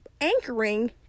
anchoring